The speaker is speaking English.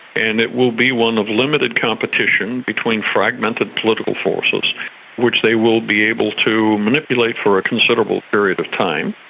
and it will be one of limited competition between fragmented political forces which they will be able to manipulate for a considerable period of time.